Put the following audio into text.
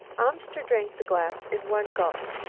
amster drank the glass in one gulp.